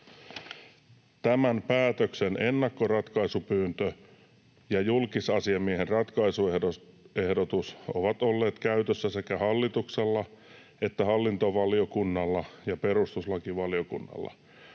”Tämän päätöksen ennakkoratkaisupyyntö ja julkisasiamiehen ratkaisuehdotus ovat olleet käytössä sekä hallituksella että hallintovaliokunnalla ja perustuslakivaliokunnalla.